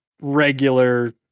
regular